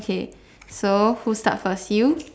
okay so who start first you